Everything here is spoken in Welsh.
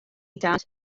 dad